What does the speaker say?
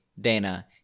Dana